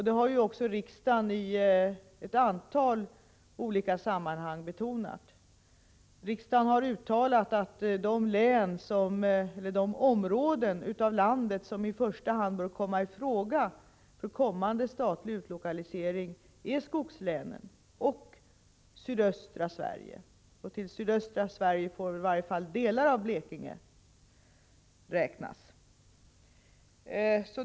Det har ju riksdagen också i ett antal sammanhang betonat. Riksdagen har nämligen uttalat att de områden i landet som i första hand bör komma i fråga när det gäller en kommande statlig utlokalisering är skogslänen och sydöstra Sverige. Till sydöstra Sverige får väl i varje fall en del av Blekinge räknas.